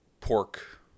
pork